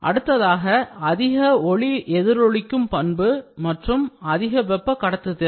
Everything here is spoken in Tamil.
அடுத்ததாக அதிக ஒளி எதிரொலிக்கும் பண்பு மற்றும் அதிக வெப்ப கடத்து திறன்